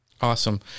Awesome